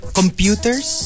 computers